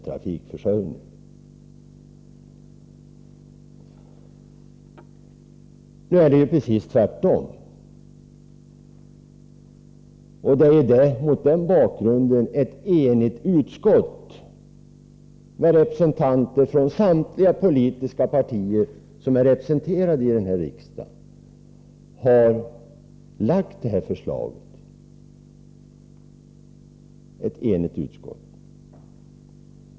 Nu är det precis tvärtom, och det är mot den bakgrunden ett enigt utskott med företrädare för samtliga politiska partier som är representerade i riksdagen har lagt fram det här förslaget.